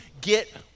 get